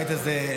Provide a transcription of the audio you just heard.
הבית הזה,